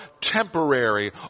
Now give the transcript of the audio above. temporary